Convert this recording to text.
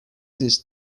this